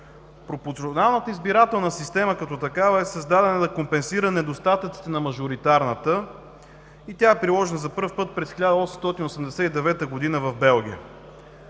Пропорционалната избирателна система, като такава, е създадена да компенсира недостатъците на мажоритарната. Тя е приложена за първи път през 1889 г. в Белгия.